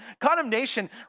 Condemnation